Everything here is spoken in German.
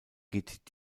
geht